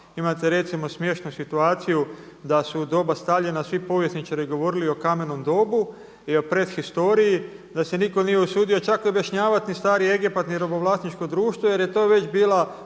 Imate recimo smiješnu situaciju da su u doba Staljina svi povjesničari govorili o kamenom dobu i o pred historiji, da se nitko nije usudio čak objašnjavati ni stari Egipat ni robovlasničko društvo jer je to već bila